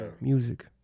Music